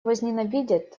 возненавидят